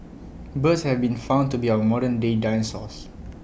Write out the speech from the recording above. birds have been found to be our modern day dinosaurs